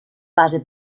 base